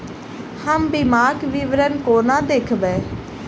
हम बीमाक विवरण कोना देखबै?